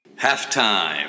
Halftime